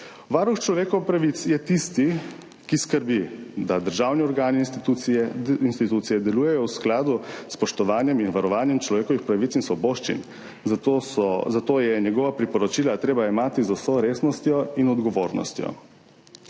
Varuh človekovih pravic je tisti, ki skrbi, da državni organi in institucije delujejo v skladu s spoštovanjem in varovanjem človekovih pravic in svoboščin. Zato je njegova priporočila treba jemati z vso resnostjo in odgovornostjo.